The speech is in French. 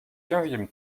quinzième